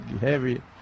heavy